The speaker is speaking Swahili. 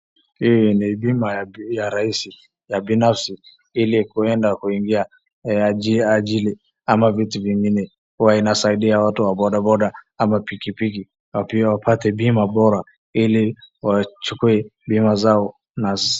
Hii ni bima ya rahisi ya binafsi ili kuenda kuingia ajili ama vitu vingine. Huwa inasaidia watu wa bodaboda ama pikipiki na pia wapate bima bora ili wachukue bima zao nafsi.